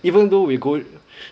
even though we go